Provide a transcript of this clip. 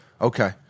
Okay